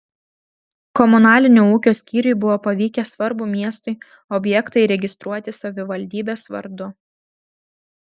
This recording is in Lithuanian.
komunalinio ūkio skyriui buvo pavykę svarbų miestui objektą įregistruoti savivaldybės vardu